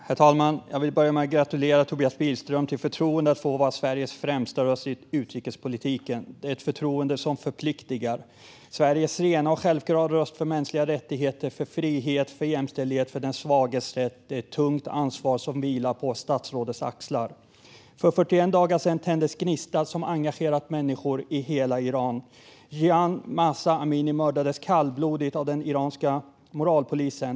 Herr talman! Jag vill börja med att gratulera Tobias Billström till förtroendet att få vara Sveriges främsta företrädare inom utrikespolitiken. Det är ett förtroende som förpliktar. Sveriges rena och självklara röst för mänskliga rättigheter, för frihet, för jämställdhet och för den svages rätt är ett tungt ansvar som vilar på statsrådets axlar. För 41 dagar sedan tändes gnistan som har engagerat människor i hela Iran. Jina Mahsa Amini mördades kallblodigt av den iranska moralpolisen.